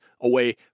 away